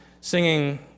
singing